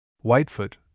Whitefoot